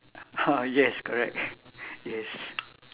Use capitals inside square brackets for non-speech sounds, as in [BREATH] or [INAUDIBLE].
ah yes correct [BREATH] yes